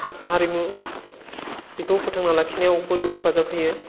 हारिमु बेखौ फोथांना लाखिनायाव बयबो हेफाजाब होयो